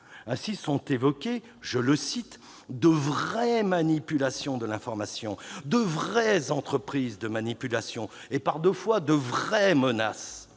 Ainsi, sont évoquées de « vraies manipulations de l'information », de « vraies entreprises de manipulation » et, par deux fois, de « vraies menaces